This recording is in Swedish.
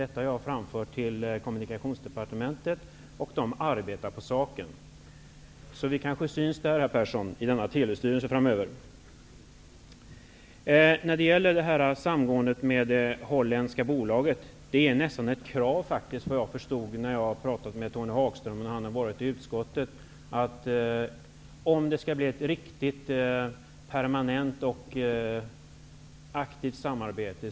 Jag har framfört detta till Kommunikationsdepartementet, och de arbetar på saken. Vi kanske syns i Telestyrelsen framöver, herr Persson. När det gäller samgåendet med det holländska bolaget är det nästan ett krav att Televerket blir ett bolag om det skall bli ett riktigt permanent och aktivt samarbete.